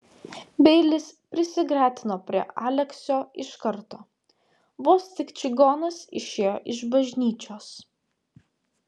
beilis prisigretino prie aleksio iš karto vos tik čigonas išėjo iš bažnyčios